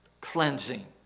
cleansing